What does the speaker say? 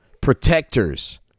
protectors